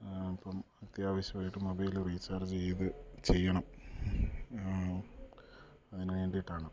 അപ്പം അത്യാവശ്യമായിട്ട് mobile recharge ചെയ്ത് ചെയ്യണം അതിനു വേണ്ടിയിട്ടാണ്